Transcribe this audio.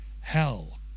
hell